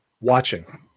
watching